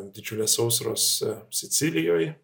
didžiulės sausros sicilijoj